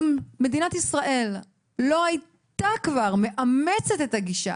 אם מדינת ישראל לא הייתה כבר מאמצת את הגישה